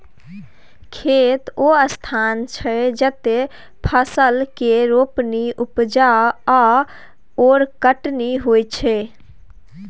खेत ओ स्थान छै जतय फसल केर रोपणी, उपजा आओर कटनी होइत छै